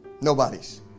Nobody's